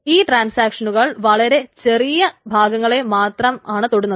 ഈ ട്രാൻസാക്ഷനുകൾ വളരെ ചെറിയ ഭാഗങ്ങളെ മാത്രമാണ് തൊടുന്നത്